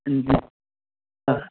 हा